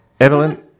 Evelyn